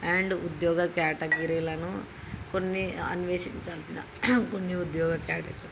and ఉద్యోగ క్యాటగిరీలను కొన్ని అన్వేషించాల్సిన కొన్ని ఉద్యోగ